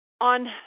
on